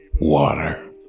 Water